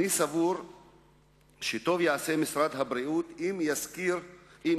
אני סבור שטוב יעשה משרד הבריאות אם יכשיר